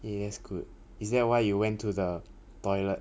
eh that's good is that why you went to the toilet